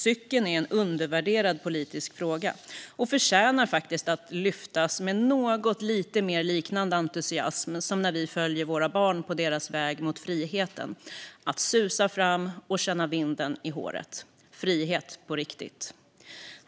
Cykel är en undervärderad politisk fråga och förtjänar faktiskt att lyftas med något lite mer entusiasm, liknande den vi har när vi följer våra barn på deras väg mot friheten att susa fram och känna vinden i håret. Det är frihet på riktigt.